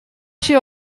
się